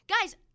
guys